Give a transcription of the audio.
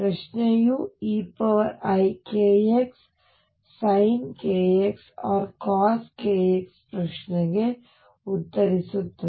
ಪ್ರಶ್ನೆಯು eikx sin kx orcos kx ಪ್ರಶ್ನೆಗೆ ಉತ್ತರಿಸುತ್ತದೆ